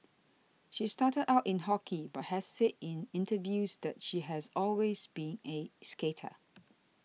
she started out in hockey but has said in interviews that she has always been a skater